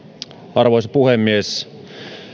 arvoisa puhemies